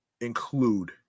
include